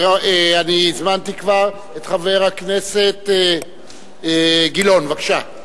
אני הזמנתי כבר את חבר הכנסת גילאון, בבקשה.